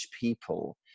people